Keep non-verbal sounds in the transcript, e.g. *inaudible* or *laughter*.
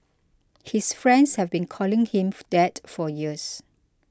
his friends have been calling him *noise* that for years